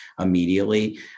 immediately